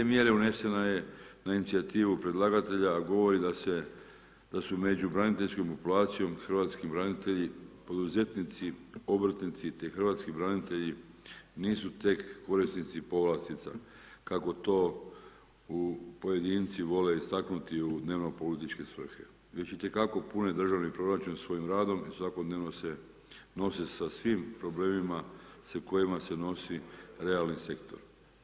Ta mjere unesena je na inicijativu predlagatelja a govori da se, da su među braniteljskim populacijom Hrvatski branitelji poduzetnici, obrtnici te Hrv. branitelji nisu tek korisnici povlastica kako to (u) pojedinci vole istaknuti u dnevno političke svrhe, već i te kako pune državni proračun svojim radom i svakodnevno se nose sa svim problemima s kojima se nosi realni sektor.